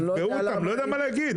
אני לא יודע מה להגיד.